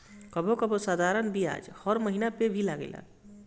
कबो कबो साधारण बियाज हर महिना पअ भी लागेला